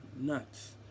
nuts